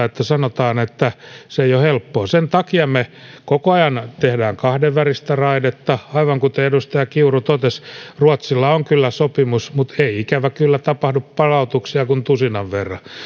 että sanotaan että se ei ole helppoa sen takia me koko ajan teemme kahdenvälistä raidetta aivan kuten edustaja kiuru totesi ruotsilla on kyllä sopimus mutta ei ikävä kyllä tapahdu palautuksia kuin tusinan verran